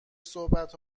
صحبت